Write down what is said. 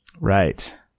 Right